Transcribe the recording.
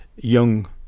young